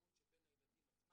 מאפשרים להתנהל בצורה יותר אלימה,